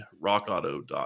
rockauto.com